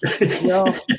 No